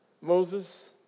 Moses